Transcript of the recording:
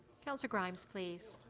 councillor grimes, please,